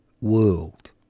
world